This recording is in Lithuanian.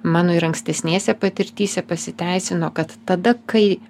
mano ir ankstesnėse patirtyse pasiteisino kad tada kai